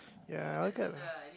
ya